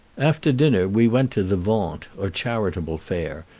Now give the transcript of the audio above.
after dinner we went to the vente, or charitable fair,